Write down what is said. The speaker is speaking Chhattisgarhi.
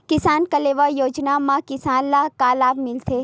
किसान कलेवा योजना म किसान ल का लाभ मिलथे?